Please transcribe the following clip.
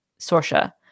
Sorsha